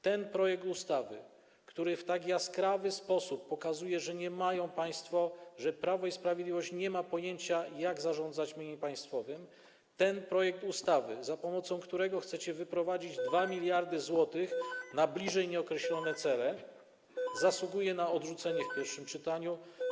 Ten projekt ustawy, który w tak jaskrawy sposób pokazuje, że państwo, Prawo i Sprawiedliwość, nie mają pojęcia, jak zarządzać mieniem państwowym, ten projekt ustawy, za pomocą którego chcecie wyprowadzić 2 mld zł na bliżej nieokreślone cele, zasługuje na odrzucenie w pierwszym czytaniu.